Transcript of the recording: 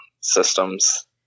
systems